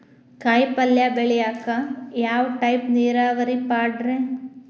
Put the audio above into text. ಕಾಯಿಪಲ್ಯ ಬೆಳಿಯಾಕ ಯಾವ ಟೈಪ್ ನೇರಾವರಿ ಪಾಡ್ರೇ?